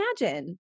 imagine